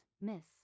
miss